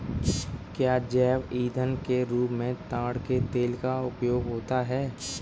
क्या जैव ईंधन के रूप में ताड़ के तेल का उपयोग होता है?